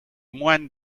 moines